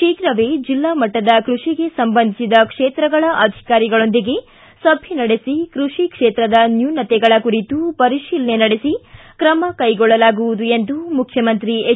ಶೀಘವೇ ಜಿಲ್ಡಾಮಟ್ಸದ ಕೃಷಿಗೆ ಸಂಬಂಧಿಸಿದ ಕ್ಷೇತ್ರಗಳ ಅಧಿಕಾರಿಗಳೊಂದಿಗೆ ಸಭೆ ನಡೆಸಿ ಕೃಷಿ ಕ್ಷೇತ್ರದ ನ್ನೂನತೆಗಳ ಕುರಿತು ಪರಿಶೀಲನೆ ನಡೆಸಿ ಕ್ರಮ ಕೈಗೊಳ್ಳಲಾಗುವುದು ಎಂದು ಮುಖ್ಯಮಂತ್ರಿ ಎಚ್